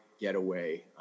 getaway